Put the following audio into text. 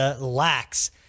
lacks